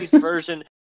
version